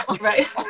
right